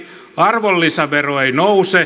arvonlisävero ei nouse